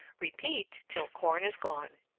repeat till corn is gone.